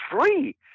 free